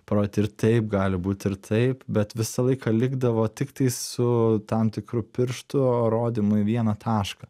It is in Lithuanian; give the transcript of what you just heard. parodyt ir taip gali būt ir taip bet visą laiką likdavo tiktai su tam tikru piršto rodymu į vieną tašką